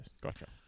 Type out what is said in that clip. Gotcha